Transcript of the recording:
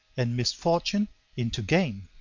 and misfortune into gain.